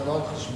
זה לא על חשבון.